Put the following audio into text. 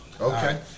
Okay